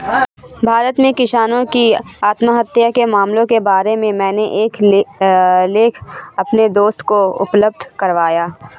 भारत में किसानों की आत्महत्या के मामलों के बारे में मैंने एक लेख अपने दोस्त को उपलब्ध करवाया